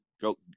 go